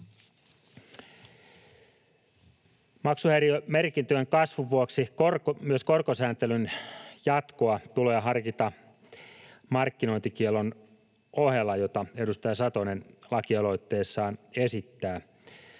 Maksuhäiriömerkintöjen kasvun vuoksi myös korkosääntelyn jatkoa tulee harkita markkinointikiellon ohella, jota edustaja Satonen lakialoitteessaan esittää.